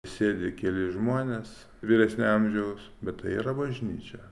sėdi keli žmonės vyresnio amžiaus bet tai yra bažnyčia